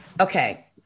Okay